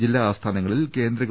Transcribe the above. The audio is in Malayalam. ജില്ലാആസ്ഥാനങ്ങളിൽ കേന്ദ്രഗവ